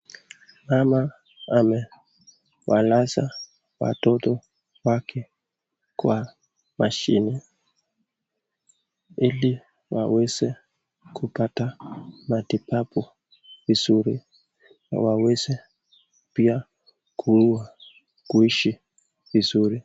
Mama amewanasa watoto wake kwa mashini ili waweze kuoata matibabu vizuri na waweze pia kuishi vizuri.